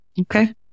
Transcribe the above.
Okay